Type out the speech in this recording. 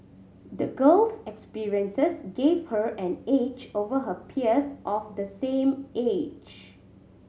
the girl's experiences gave her an edge over her peers of the same age